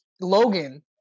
Logan